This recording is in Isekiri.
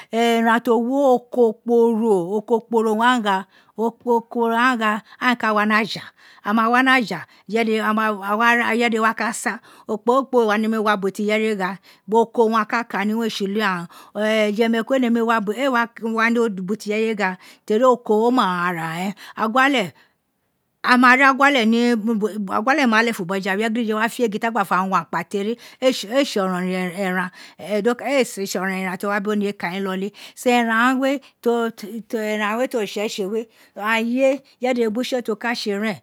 eran ti o wi oko kporo oko kporo wun aghun gha oko oko wan gha aghan ee ka wa ni aja aghan ee ka wa ni aja. aghan ma wa ni aja a wa ka sa okpoghorokpo ee wa nemi wa ni ubo to wefe gha bo ko owun aghan ka keni, gom re tse uli aghan yemeriko ee nemi wa ee wa wa ni ubo ti irefe gha teri oko oma wan ra ren eguale aghan na ri eguale ni eguale ma lefun botoja we ireye dede wa fe egin ti a gba fe wan kpa ten ee tse oron ron eran ti owa bi oriye kaui iloli so eran ghan we teran ti oritse tse we aghuan ye irefe tede biri utse ti won ka tse ren